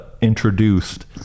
introduced